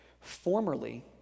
Formerly